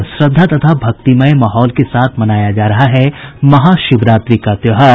और श्रद्धा तथा भक्तिमय माहौल में मनाया जा रहा है महाशिवरात्रि का त्योहार